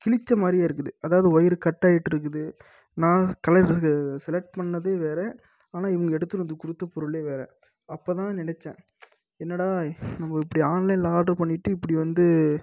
கிழித்த மாதிரியே இருக்குது அதாவது ஒயர் கட்டாகிட்டு இருக்குது நான் கலெக் செலக்ட் பண்ணதே வேற ஆனால் இவங்க எடுத்துட்டு வந்து கொடுத்த பொருளே வேற அப்போதான் நினைத்தேன் என்னடா நம்ம இப்படி ஆன்லைனில் ஆர்டர் பண்ணிவிட்டு இப்படி வந்து